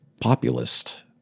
populist